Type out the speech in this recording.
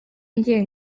njye